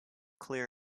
clear